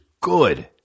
good